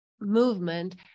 movement